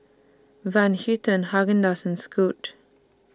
Van Houten Haagen Dazs and Scoot